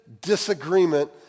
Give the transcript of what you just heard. disagreement